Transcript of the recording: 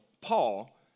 Paul